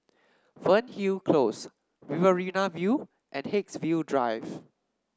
Fernhill Close Riverina View and Haigsville Drive